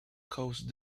coast